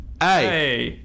Hey